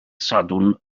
sadwrn